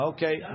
Okay